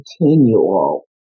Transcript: continual